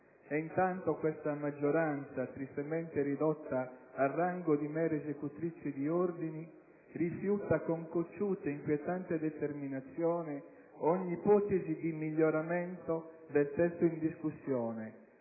intanto questa maggioranza, tristemente ridotta a rango di mera esecutrice di ordini, rifiuta con cocciuta e inquietante determinazione ogni ipotesi di miglioramento del testo in discussione,